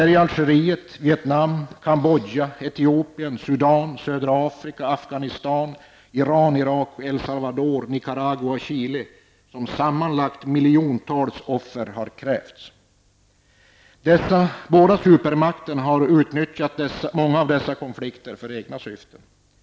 I Algeriet, Vietnam, Cambodja, Etiopien, Salvador, Nicaragua och Chile har sammanlagt miljontals offer krävts. Båda supermakterna har utnyttjat många av dessa konflikter för egna syften.